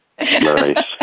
Nice